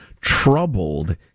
troubled